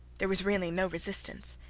there was really no resistance.